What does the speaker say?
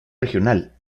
regional